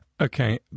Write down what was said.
okay